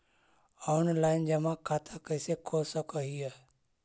Online जमा खाता कैसे खोल सक हिय?